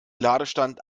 ladestand